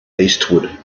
eastward